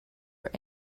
were